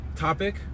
Topic